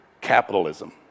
capitalism